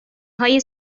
های